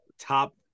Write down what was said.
top